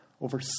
over